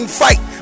fight